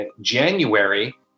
January